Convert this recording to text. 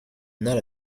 not